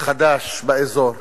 חדש באזור.